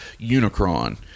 Unicron